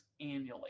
annually